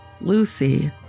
Lucy